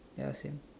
ya same